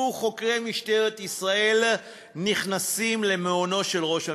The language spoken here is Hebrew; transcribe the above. נצפו חוקרי משטרת ישראל נכנסים למעונו של ראש הממשלה.